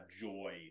joy